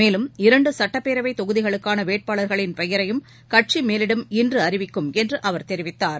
மேலும் இரண்டுசட்டப்பேரவைத் தொகுதிகளுக்கானவேட்பாளர்களின் பெயரையும் கட்சிமேலிடம் இன்றுஅறிவிக்கும் என்றுஅவர் தெரிவித்தார்